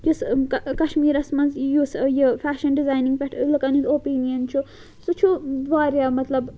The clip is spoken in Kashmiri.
یُس کَشمیٖرَس منٛز یُس یہِ فیشَن ڈِزاینِنٛگ پٮ۪ٹھ لُکَن ہٕنٛدۍ اوپیٖنَن چھُ سُہ چھُ واریاہ مطلب